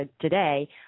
today